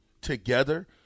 together –